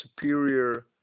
superior